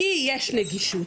כי יש נגישות,